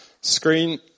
screen